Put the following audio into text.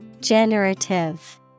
Generative